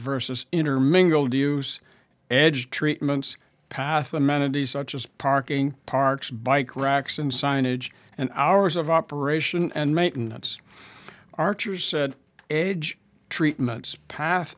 versus intermingled use edge treatments path amenities such as parking parks bike racks and signage and hours of operation and maintenance archer's said edge treatments pa